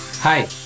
Hi